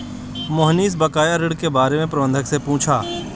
मोहनीश बकाया ऋण के बारे में प्रबंधक से पूछा